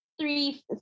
three